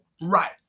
right